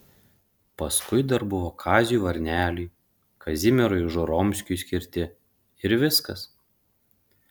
paskui dar buvo kaziui varneliui kazimierui žoromskiui skirti ir viskas